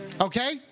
Okay